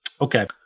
Okay